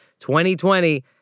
2020